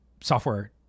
software